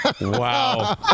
Wow